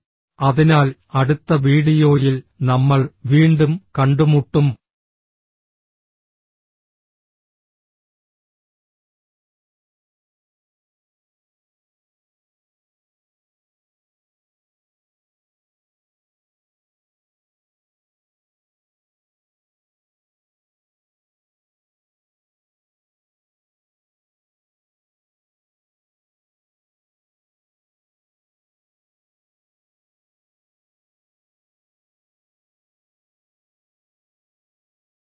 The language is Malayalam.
അതിനാൽ അടുത്ത വീഡിയോയിൽ നമ്മൾ വീണ്ടും കണ്ടുമുട്ടും